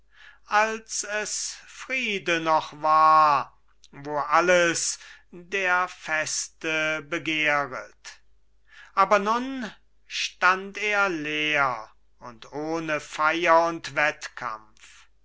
als es friede noch war wo alles der feste begehret aber nun stand er leer und ohne feier und wettkampf